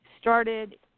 started –